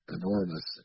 enormous